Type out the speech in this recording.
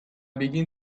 begin